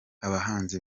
abahanzi